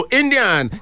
indian